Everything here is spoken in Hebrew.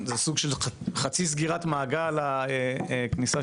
מדובר במעין סגירת מעגל מכיוון כיהנתי